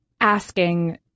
asking